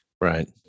Right